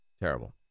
Terrible